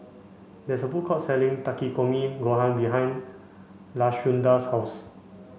there is a food court selling Takikomi Gohan behind Lashunda's house